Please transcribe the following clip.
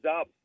up